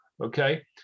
Okay